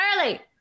early